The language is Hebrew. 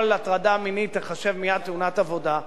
הטרדה מינית תיחשב מייד תאונת עבודה.